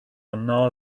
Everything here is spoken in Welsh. yno